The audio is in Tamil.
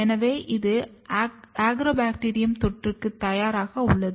எனவே இது அக்ரோபாக்டீரியம் தொற்றுக்கு தயாராக உள்ளது